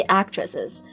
actresses